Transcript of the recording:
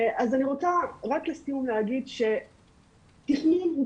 אז אני רוצה רק לסיום להגיד שתכנון הוא